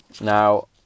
now